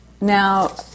Now